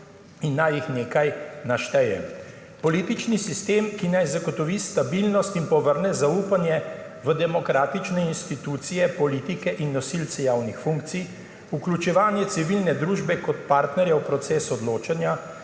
in naj jih nekaj naštejem. Politični sistem, ki naj zagotovi stabilnost in povrne zaupanje v demokratične institucije, politike in nosilce javnih funkcij, vključevanje civilne družbe kot partnerja v proces odločanja,